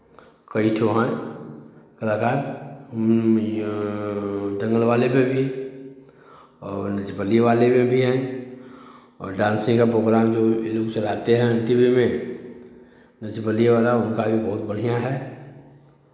कई ठो हैं कलाकार दंगल वाले में भी और नच बलिए वाले में भी हैं और डांसिंग का प्रोग्राम जो ये लोग चलाते हैं टी वी में नच बलिए वाला उनका भी बहुत बढ़ियाँ है